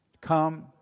Come